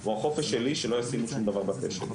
הוא החופש שלי שלא ישימו שום דבר בפה שלי,